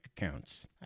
accounts